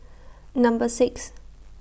Number six